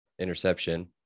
interception